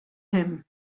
him